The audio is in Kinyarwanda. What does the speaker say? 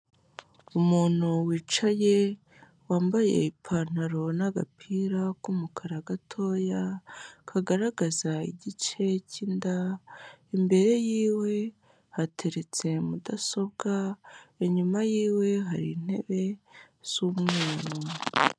Umuntu wicaye wambaye ipantaro n'agapira k'umukara gatoya kagaragaza igice cy’inda imbere yiwe hateretse mudasobwa inyuma yiwe hari intebe z'umweru.